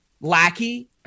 lackey